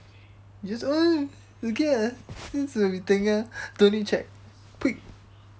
you just oh okay ah since will be tengah don't need check